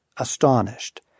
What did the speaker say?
astonished